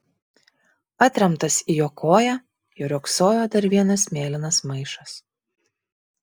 atremtas į jo koją riogsojo dar vienas mėlynas maišas